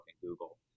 Google